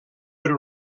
per